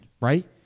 right